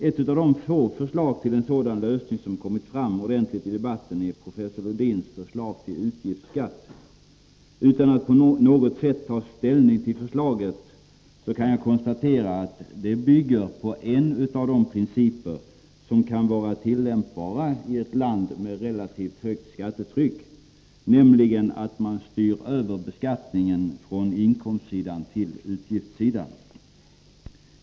Ett av de få förslag till en sådan lösning som kommit fram ordentligt i debatten är professor Lodins förslag till utgiftsskatt. Utan att på något sätt ta ställning till förslaget kan jag konstatera att det bygger på en av de principer som kan vara tillämpbara i ett land med relativt högt skattetryck, nämligen att man styr över beskattningen från inkomstsidan till utgiftssidan.